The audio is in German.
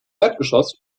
erdgeschoss